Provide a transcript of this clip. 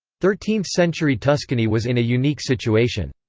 thirteenth century tuscany was in a unique situation.